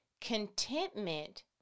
Contentment